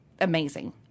amazing